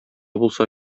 булса